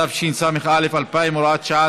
התשס"א 2000) (הוראת שעה),